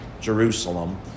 Jerusalem